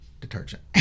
detergent